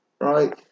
Right